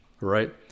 right